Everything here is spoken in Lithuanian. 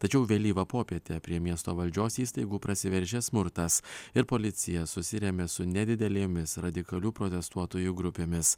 tačiau vėlyvą popietę prie miesto valdžios įstaigų prasiveržė smurtas ir policija susirėmė su nedidelėmis radikalių protestuotojų grupėmis